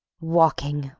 walking,